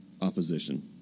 opposition